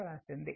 ఇది p v i